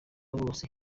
bose